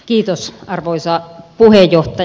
kiitos arvoisa puhemies